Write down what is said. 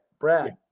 brad